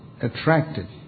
attracted